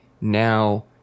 now